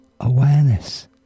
awareness